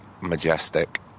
majestic